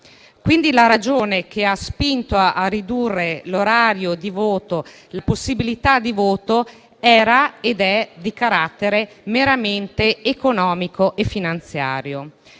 Quindi, la ragione che ha spinto a ridurre le operazioni di voto era ed è di carattere meramente economico e finanziario.